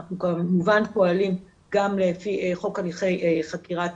אנחנו כמובן פועלים גם לפי חוק הנכה חקירה